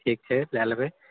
ठीक छै लए लेबै